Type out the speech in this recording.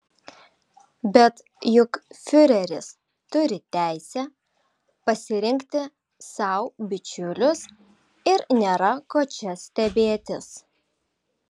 bet juk fiureris turi teisę pasirinkti sau bičiulius ir nėra ko čia stebėtis